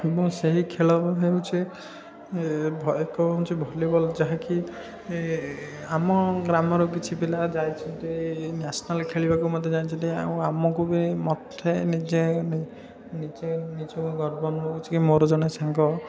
ମୁଁ ସେହି ଖେଳରୁ ହେଉଛି ଏକ ଭଲ୍ଲିବଲ୍ ଯାହାକି ଏ ଆମ ଗ୍ରାମର କିଛି ପିଲା ଯାଇଛନ୍ତି ନେସେନାଲ୍ ଖେଳିବାକୁ ମଧ୍ୟ ଯାଇଛନ୍ତି ଆଉ ଆମକୁ ବି ମୋତେ ନିଜେ ନି ନିଜେ ନିଜକୁ ଗର୍ବ କରୁଛି କି ମୋର ଜଣେ ସାଙ୍ଗ